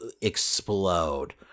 explode